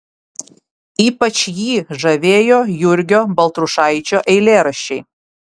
ypač jį žavėjo jurgio baltrušaičio eilėraščiai